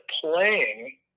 playing